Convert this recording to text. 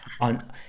on